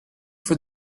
for